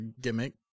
gimmick